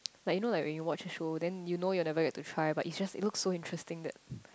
like you know like when you watch a show then you know you will never get to try but it's just it looks so interesting that